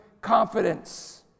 confidence